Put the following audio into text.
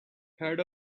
had